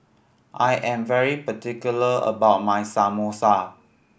I am very particular about my Samosa